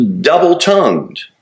double-tongued